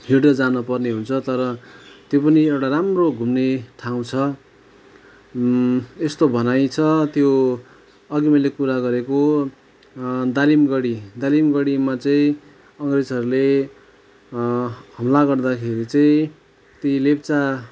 हिँडेर जानुपर्ने हुन्छ तर त्यो पनि एउटा राम्रो घुम्ने ठाँउ छ यस्तो भनाई छ त्यो अघि मैले कुरा गरेको दालिमगढी दालिमगढीमा चाहिँ अङ्ग्रेजहरूले हमला खेरि चाहिँ ति लेप्चा